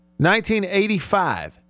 1985